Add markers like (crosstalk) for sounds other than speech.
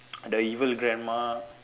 (noise) the evil grandma